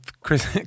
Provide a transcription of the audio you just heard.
Chris